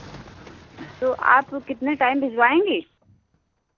तो आप कितने टाइम भिजवाएँगी